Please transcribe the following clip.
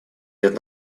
лет